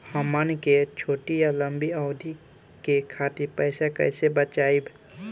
हमन के छोटी या लंबी अवधि के खातिर पैसा कैसे बचाइब?